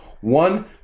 One